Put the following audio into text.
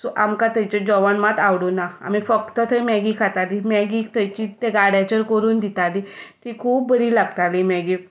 so आमकां थंयचें जेवण मात आवडुंकना आमी फक्त थंय मॅगी खातालीं मॅगी थंयची ते गाड्याचेर करून दितालीं ती खूब बरी लागताली मॅगी